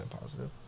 positive